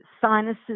sinuses